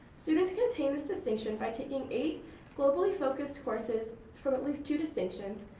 students can attain this distinction by taking eight globally-focused courses from least two distinctions,